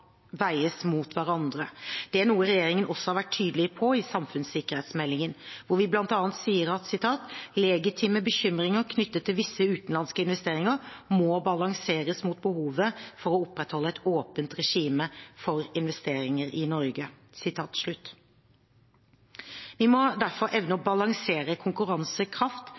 veies mot hverandre. Dette er noe regjeringen også har vært tydelige på i samfunnssikkerhetsmeldingen, hvor vi bl.a. sier: «Legitime bekymringer knyttet til visse utenlandske investeringer må balanseres mot behovet for å opprettholde et åpent regime for investeringer i Norge.» Vi må derfor evne å balansere konkurransekraft